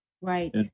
Right